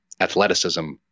athleticism